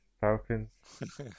Falcons